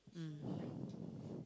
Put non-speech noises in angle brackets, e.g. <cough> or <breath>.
mm <breath>